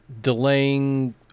delaying